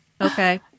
okay